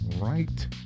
right